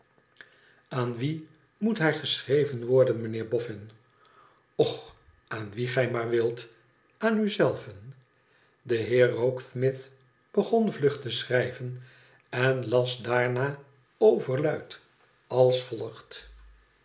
aan wien moet hij geschreven worden mijnheer boffin och aan wien gij maar wilt aan u zei ven de heer rokesmith begon vlug te schrijven en las daarna overluid als volgt